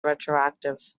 retroactive